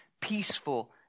peaceful